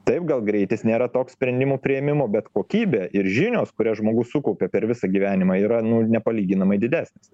taip gal greitis nėra toks sprendimų priėmimo bet kokybė ir žinios kurias žmogus sukaupė per visą gyvenimą yra nu nepalyginamai didesnis